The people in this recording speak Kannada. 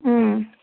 ಹ್ಞೂ